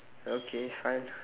okay fine